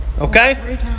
Okay